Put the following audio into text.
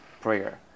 prayer